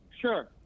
Sure